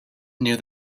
near